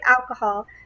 alcohol